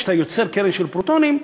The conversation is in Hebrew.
כשאתה יוצר קרן של פרוטונים,